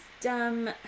dumb